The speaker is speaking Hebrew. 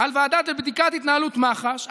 על ועדה לבדיקת התנהלות מח"ש.